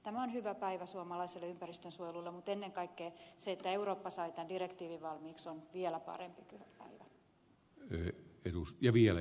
tämä on hyvä päivä suomalaiselle ympäristönsuojelulle mutta ennen kaikkea se että eurooppa sai tämän direktiivin valmiiksi on vielä parempi